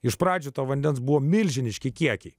iš pradžių to vandens buvo milžiniški kiekiai